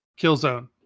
Killzone